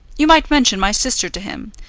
you might mention my sister to him.